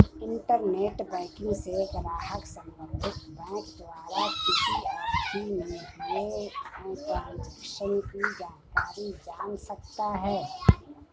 internet banking से ग्राहक संबंधित बैंक द्वारा किसी अवधि में हुए ट्रांजेक्शन की जानकारी जान सकता है